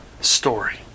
story